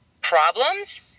problems